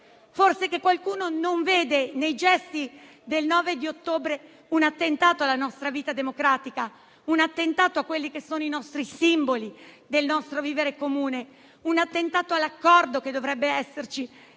Forse qualcuno non vede nei gesti del 9 ottobre un attentato alla nostra vita democratica, un attentato a quelli che sono i simboli del nostro vivere comune, un attentato all'accordo che dovrebbe esserci